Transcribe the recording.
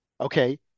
Okay